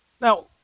Now